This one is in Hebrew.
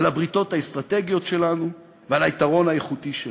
על הבריתות האסטרטגיות שלנו ועל היתרון האיכותי שלנו.